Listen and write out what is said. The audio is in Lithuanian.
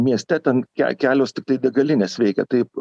mieste ten ke kelios tiktai degalinės veikia taip